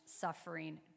suffering